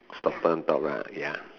stopper on top lah ya